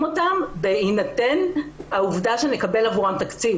אותם בהינתן העבודה שנקבל עבורם תקציב.